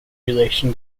relation